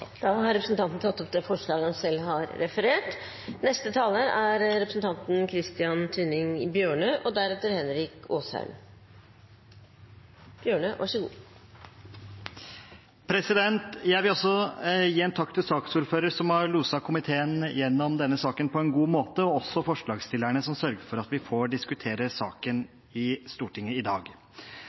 han refererte til. Jeg vil også gi en takk til saksordføreren, som har loset komiteen gjennom denne saken på en god måte, og også til forslagsstillerne, som sørget for at vi får diskutere saken i Stortinget i dag.